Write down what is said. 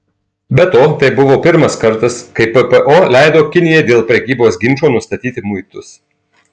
be to tai buvo pirmas kartas kai ppo leido kinijai dėl prekybos ginčo nustatyti muitus